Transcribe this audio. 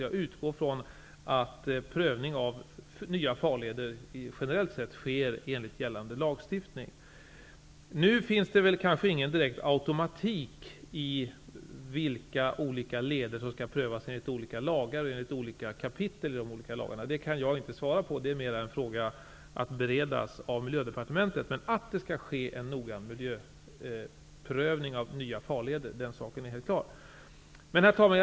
Jag utgår ifrån att prövning av nya farleder generellt sett sker enligt gällande lagstiftning. Det finns kanske ingen direkt automatik i vilka leder som skall prövas enligt olika kapitel i de olika lagarna. Detta kan jag inte svara på. Det är en fråga som får beredas av Miljödepartementet. Det är dock helt klart att det skall ske en noggrann miljöprövning av nya farleder. Herr talman!